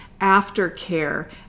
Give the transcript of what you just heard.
aftercare